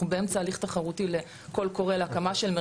אנחנו באמצע הליך תחרותי לקול קורא להקמה של מרכזים.